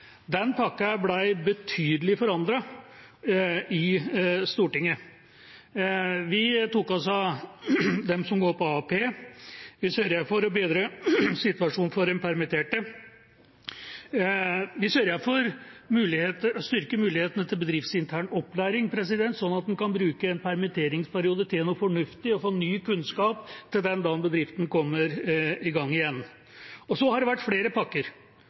Den pakka ble betydelig forandret i Stortinget. Vi tok oss av dem som går på AAP, vi sørget for å bedre situasjonen for de permitterte, og vi sørget for å styrke mulighetene til bedriftsintern opplæring, sånn at en kan bruke en permitteringsperiode til noe fornuftig og få ny kunnskap til den dagen bedriften kommer i gang igjen. Det har vært flere pakker,